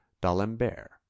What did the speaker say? d'Alembert